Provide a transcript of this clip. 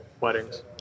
Weddings